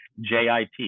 JIT